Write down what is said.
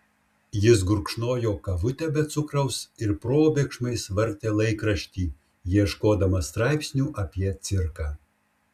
jis gurkšnojo kavutę be cukraus ir probėgšmais vartė laikraštį ieškodamas straipsnių apie cirką